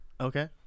Okay